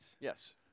Yes